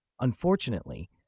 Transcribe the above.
Unfortunately